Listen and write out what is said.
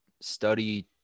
study